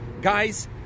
guys